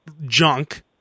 junk